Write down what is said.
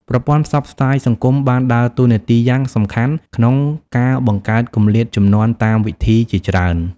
ប្រព័ន្ធផ្សព្វផ្សាយសង្គមបានដើរតួនាទីយ៉ាងសំខាន់ក្នុងការបង្កើតគម្លាតជំនាន់តាមវិធីជាច្រើន។